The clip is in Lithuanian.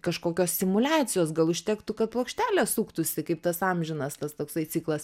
kažkokios simuliacijos gal užtektų kad plokštelė suktųsi kaip tas amžinas tas toksai ciklas